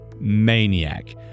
maniac